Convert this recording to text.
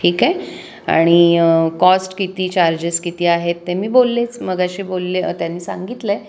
ठीक आहे आणि कॉस्ट किती चार्जेस किती आहेत ते मी बोललेच मघाशी बोलले त्यांनी सांगितलं आहे